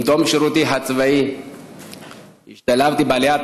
עם תום שירותי הצבאי השתלבתי בעליית